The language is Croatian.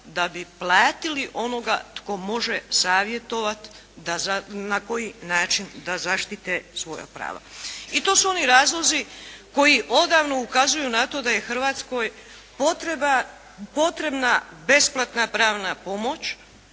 da bi platili onoga tko može savjetovati da, na koji način da zaštite svoja prava. I to su oni razlozi koji odavno ukazuju na to da je Hrvatskoj potrebna besplatna pravna pomoć